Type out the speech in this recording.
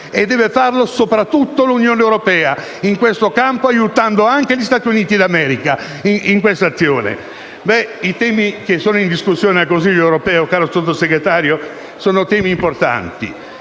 deve farlo soprattutto l'Unione europea, aiutando gli Stati Uniti d'America in questa azione. I temi che sono in discussione al Consiglio europeo, caro Sottosegretario, sono importanti.